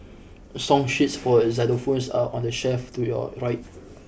song sheets for a xylophones are on the shelf to your right